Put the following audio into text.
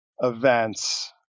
events